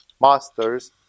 masters